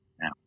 now